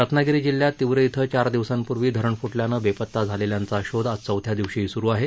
रत्नागिरी जिल्ह्यात तिवरे क्विं चार दिवसांपूर्वी धरण फुटल्यानं बेपत्ता झालेल्यांचा शोध आज चौथ्या दिवशीही सुरू आहे